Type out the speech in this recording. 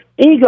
ego